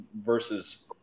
versus